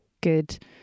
good